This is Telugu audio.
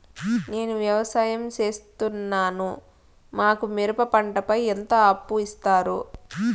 నేను వ్యవసాయం సేస్తున్నాను, మాకు మిరప పంటపై ఎంత అప్పు ఇస్తారు